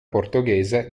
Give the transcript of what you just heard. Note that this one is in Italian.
portoghese